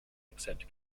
accept